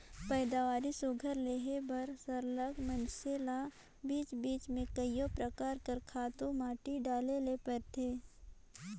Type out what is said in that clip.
पएदावारी सुग्घर लेहे बर सरलग मइनसे ल बीच बीच में कइयो परकार कर खातू माटी डाले ले परथे